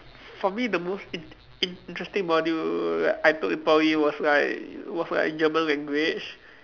for me the most in~ interesting module like I took in Poly was like was like German language